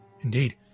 Indeed